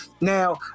Now